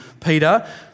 Peter